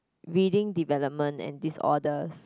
reading development and disorders